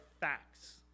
facts